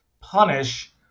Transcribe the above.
punish